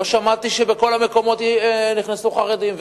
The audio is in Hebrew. לא שמעתי שבכל המקומות נכנסו חרדים,